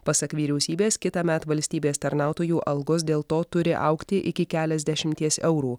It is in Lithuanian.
pasak vyriausybės kitąmet valstybės tarnautojų algos dėl to turi augti iki keliasdešimties eurų